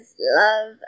love